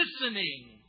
listening